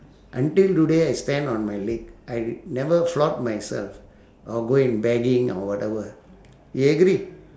until today I stand on my leg I never flaunt myself or go and begging or whatever you agree